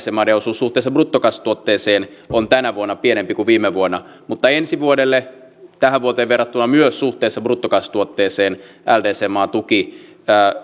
maiden osuus suhteessa bruttokansantuotteeseen on tänä vuonna pienempi kuin viime vuonna mutta ensi vuodelle tähän vuoteen verrattuna myös suhteessa bruttokansantuotteeseen ldc maatuki